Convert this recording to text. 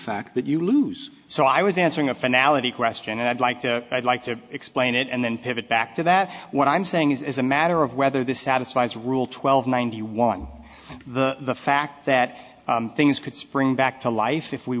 fact that you lose so i was answering a finale question and i'd like to i'd like to explain it and then pivot back to that what i'm saying is a matter of whether this satisfies rule twelve ninety one the fact that things could spring back to life if we